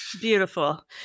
Beautiful